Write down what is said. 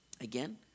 again